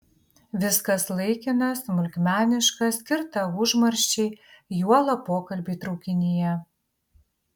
viskas laikina smulkmeniška skirta užmarščiai juolab pokalbiai traukinyje